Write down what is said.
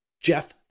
Jeff